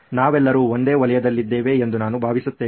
ನಾವೆಲ್ಲರೂ ಒಂದೇ ವಲಯದಲ್ಲಿದ್ದೇವೆ ಎಂದು ನಾನು ಭಾವಿಸುತ್ತೇನೆ